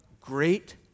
great